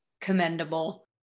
commendable